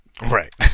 right